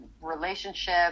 relationship